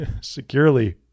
securely